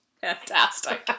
fantastic